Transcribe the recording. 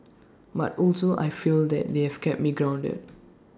but also I feel that they have kept me grounded